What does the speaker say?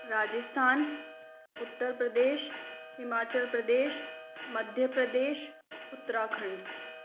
Rajasthan Uttar Pradesh Himachal Pradesh Madhya Pradesh Uttarakhand